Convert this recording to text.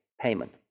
payment